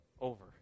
over